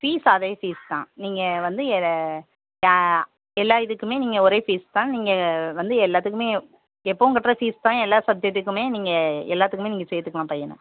fees அதே fees தான் நீங்கள் வந்து எதை ஆ எல்லாம் இதுக்குமே நீங்கள் ஒரே ஃபீஸ் தான் நீங்கள் வந்து எல்லாத்துக்குமே எப்போவும் கட்டுற ஃபீஸ் தான் எல்லாம் சப்ஜக்ட்டுக்குமே நீங்கள் எல்லாத்துக்குமே நீங்கள் சேர்த்துக்கலாம் பையனை